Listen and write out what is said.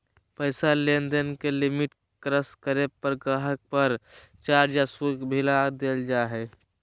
पैसा लेनदेन के लिमिट क्रास करे पर गाहक़ पर चार्ज या शुल्क भी लगा देवल जा हय